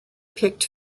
picked